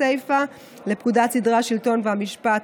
סיפא לפקודת סדרי השלטון והמשפט,